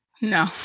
No